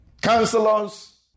counselors